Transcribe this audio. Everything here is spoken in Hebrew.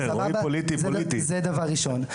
זה דבר ראשון.